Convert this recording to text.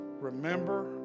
Remember